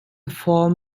form